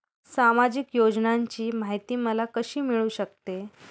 सामाजिक योजनांची माहिती मला कशी मिळू शकते?